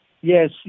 yes